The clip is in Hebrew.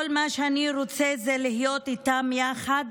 כל מה שאני רוצה זה להיות איתם יחד